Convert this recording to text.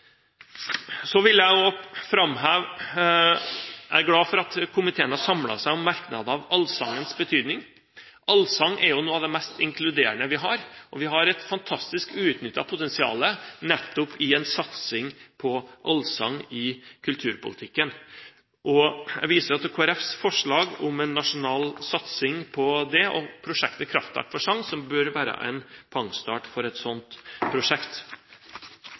Jeg er glad for at komiteen har samlet seg om merknaden om allsangens betydning. Allsang er noe av det mest inkluderende vi har, og vi har et fantastisk uutnyttet potensial nettopp i en satsing på allsang i kulturpolitikken. Jeg viser til Kristelig Folkepartis forslag om en nasjonal satsing på det og prosjektet Krafttak for sang, som bør være en pangstart for et slikt prosjekt.